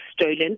stolen